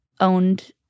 owned—